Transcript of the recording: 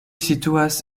situas